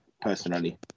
personally